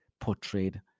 portrayed